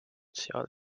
seal